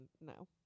no